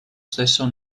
stesso